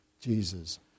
Jesus